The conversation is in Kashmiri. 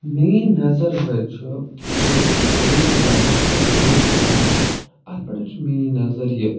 میانۍ نظر حظ چھِ کَشمیٖر کِس ٹریڈِشنَل ڈانَس یَتھ أسۍ روٚف چھِ وَنان اَتھ پٮ۪ٹھ حظ چھِ میانۍ نظر یہِ